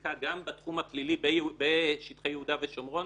חקיקה גם בתחום הפלילי בשטחי יהודה ושומרון,